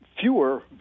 fewer